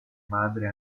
madre